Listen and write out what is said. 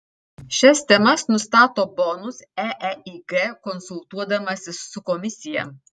šias temas nustato bonus eeig konsultuodamasis su komisija